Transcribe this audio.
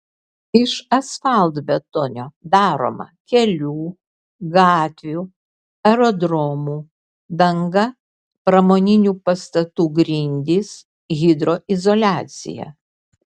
iš asfaltbetonio daroma kelių gatvių aerodromų danga pramoninių pastatų grindys hidroizoliacija